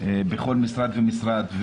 בכל משרד ומשרד?